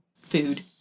food